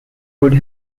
would